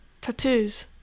Tattoos